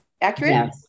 accurate